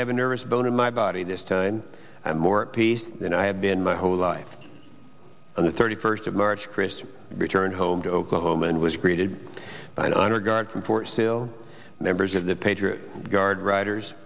have a nervous bone in my body this time more peace than i have been my whole life on the thirty first of march christian returned home to oklahoma and was rated an honor guard from fort sill members of the pager guard riders